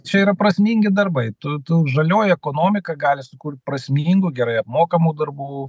čia yra prasmingi darbai tu tu žalioji ekonomika gali sukurt prasmingų gerai apmokamų darbų